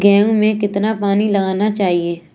गेहूँ में कितना पानी लगाना चाहिए?